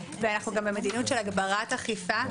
ואנחנו גם במדיניות של הגברת אכיפה,